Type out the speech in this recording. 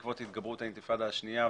בעקבות התגברות האינתיפאדה השנייה,